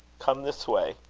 come this way,